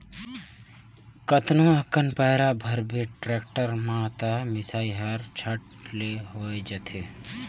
कतनो अकन पैरा भरबे टेक्टर में त मिसई हर झट ले हो जाथे